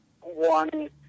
one